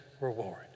reward